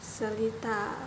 seletar